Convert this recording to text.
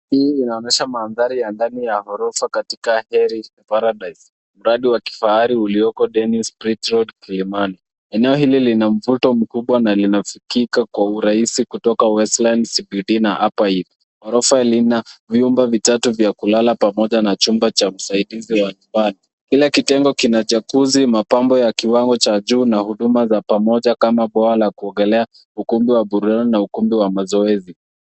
Hii inaonyesha mandhari ya ndani ya gorofa katika Heri Paradise , mradi wa kifahari ulioko Dennis Pritt Road , Kilimani. Eneo hili lina mvuto mkubwa na linafikika kwa urahisi kutoka Westlands, CBD na Upper Hill . Gorofa lina vyumba vitatu vya kulala pamoja na chumba cha msaidizi wa mtaa. Kila kitengo kina jacuzzi , mapambo ya kiwango cha juu na huduma za pamoja kama bwawa la kuogelea, ukumbi wa burudani na ukumbi wa mazoezi.